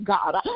God